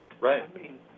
Right